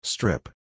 Strip